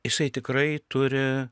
jisai tikrai turi